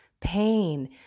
pain